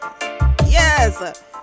yes